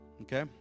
Okay